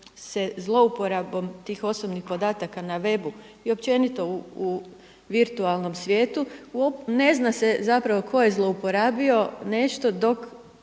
se zlouporabom tih osobnih podataka na webu i općenito u virtualnom svijetu ne zna se tko je zlouporabio nešto dok